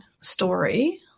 story